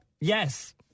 Yes